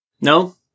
No